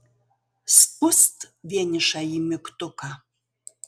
spust vienišąjį mygtuką